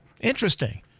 Interesting